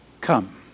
come